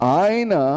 aina